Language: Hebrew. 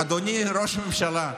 אדוני ראש הממשלה,